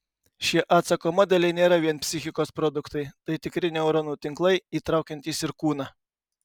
šie atsako modeliai nėra vien psichikos produktai tai tikri neuronų tinklai įtraukiantys ir kūną